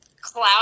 cloud